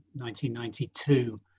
1992